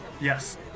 Yes